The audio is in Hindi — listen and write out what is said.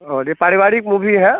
और ये पारिवारिक मूवी है